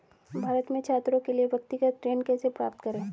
भारत में छात्रों के लिए व्यक्तिगत ऋण कैसे प्राप्त करें?